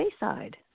Bayside